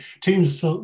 teams